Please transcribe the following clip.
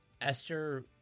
Esther